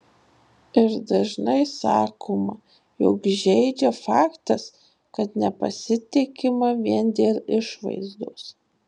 ir dažnai sakoma jog žeidžia faktas kad nepasitikima vien dėl išvaizdos